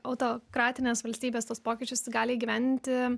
autokratinės valstybės tuos pokyčius gali įgyvendinti